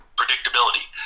predictability